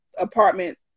apartment